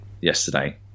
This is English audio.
yesterday